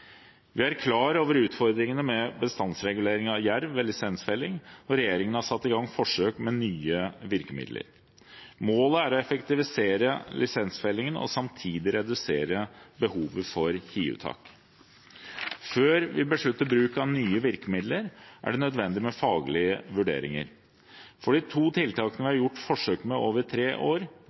Vi er klar over utfordringene med bestandsregulering av jerv ved lisensfelling, og regjeringen har satt i gang forsøk med nye virkemidler. Målet er å effektivisere lisensfellingen og samtidig redusere behovet for hiuttak. Før vi beslutter bruk av nye virkemidler, er det nødvendig med faglige vurderinger. For de to tiltakene vi har gjort forsøk med over tre år